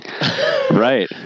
right